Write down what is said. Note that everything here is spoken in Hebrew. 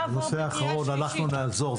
בנושא האחרון אנחנו נעזור.